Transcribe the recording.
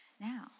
now